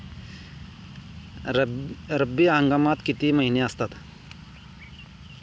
रब्बी हंगामात किती महिने असतात?